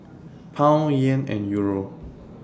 Pound Yen and Euro